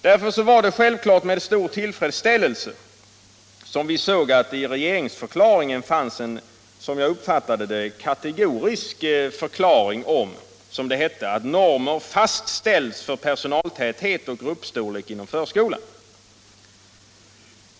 Därför var det självfallet med stor tillfredsställelse som vi såg att det i regeringsdeklarationen fanns en, som jag uppfattade det, kategorisk förklaring om att, som det hette, normer fastställs för personaltäthet och gruppstorlek inom förskolan.